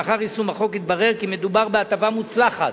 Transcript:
לאחר יישום החוק התברר כי מדובר בהטבה מוצלחת.